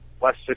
West